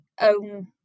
own